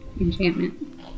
Enchantment